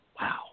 wow